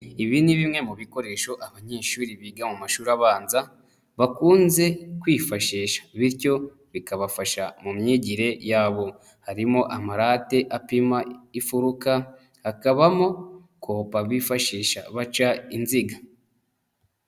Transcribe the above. Ibi ni bimwe mu bikoresho abanyeshuri biga mu mashuri abanza bakunze kwifashisha, bityo bikabafasha mu myigire yabo, harimo amarate apima imfuruka, hakabamo kopa bifashisha baca inziga.